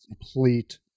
complete